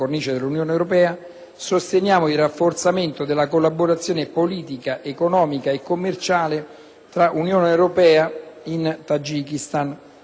e, più in generale, nella regione dell'Asia centrale, oltre al sostegno della crescita economica, dello sviluppo sostenibile e della lotta contro la povertà.